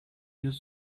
used